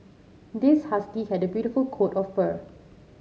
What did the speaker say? this husky had beautiful coat of fur